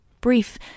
Brief